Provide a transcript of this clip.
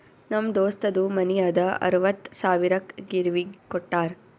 ನಮ್ ದೋಸ್ತದು ಮನಿ ಅದಾ ಅರವತ್ತ್ ಸಾವಿರಕ್ ಗಿರ್ವಿಗ್ ಕೋಟ್ಟಾರ್